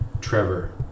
Trevor